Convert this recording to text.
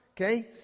Okay